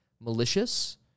malicious